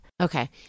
Okay